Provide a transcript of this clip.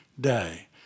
day